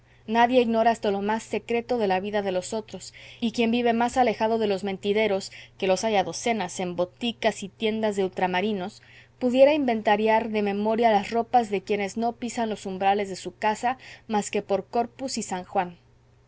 nadie ignora hasta lo más secreto de la vida de los otros y quien vive más alejado de los mentideros que los hay a docenas en boticas y tiendas de ultramarinos pudiera inventariar de memoria las ropas de quienes no pisan los umbrales de su casa más que por corpus y san juan